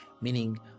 Meaning